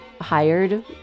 hired